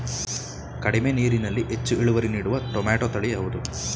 ಕಡಿಮೆ ನೀರಿನಲ್ಲಿ ಹೆಚ್ಚು ಇಳುವರಿ ನೀಡುವ ಟೊಮ್ಯಾಟೋ ತಳಿ ಯಾವುದು?